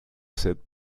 set